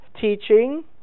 teaching